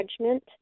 judgment